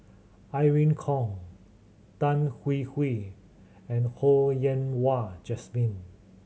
Irene Khong Tan Hwee Hwee and Ho Yen Wah Jesmine